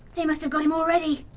they must have got him already!